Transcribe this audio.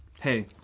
Hey